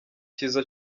cyiza